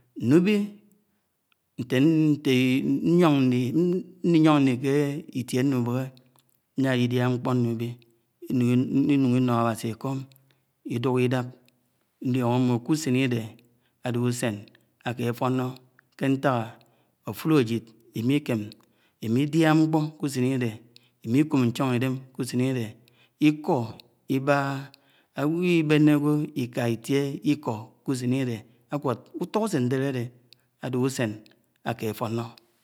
. Ńnuwi, ńte ýo̱n ńlií ìtie ńubehe ńali dià ńkpo ńuwii, ìńun ińo Awasi èko̱m, iduḱ idàp nno̱ho̱. Mbo̱ ke úsen íde ade úsen áke áto̱no̱ ḱe ńtak atulo̱ ajìd iḿikem ímidia nkpo̱ use̱n ide, ímik̀ud n̄cho̱n ídem kè usèn id́e, iḱo̱ i baha, ágwo ibène̱ ágwo̱ iḱa ítie íko ágwe̱d kè ùto̱ usen ade afon.